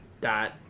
dot